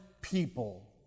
people